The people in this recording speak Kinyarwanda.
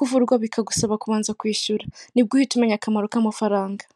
hariho Ruhango, Kinazi